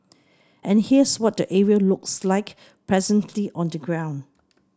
and here's what the area looks like presently on the ground